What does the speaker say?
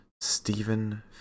Stephen